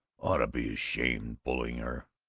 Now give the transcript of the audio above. ought to be ashamed, bullying her.